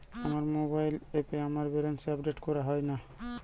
আমার মোবাইল অ্যাপে আমার ব্যালেন্স আপডেট করা হয় না